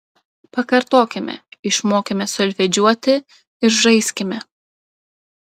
pakartokime išmokime solfedžiuoti ir žaiskime